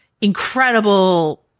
incredible